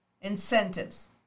incentives